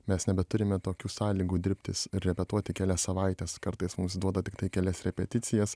mes nebeturime tokių sąlygų dirbti repetuoti kelias savaites kartais mums duoda tiktai kelias repeticijas